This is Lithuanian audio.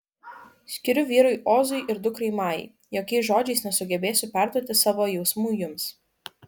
skiriu vyrui ozui ir dukrai majai jokiais žodžiais nesugebėsiu perduoti savo jausmų jums